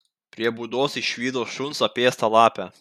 prie būdos išvydo šuns apėstą lapę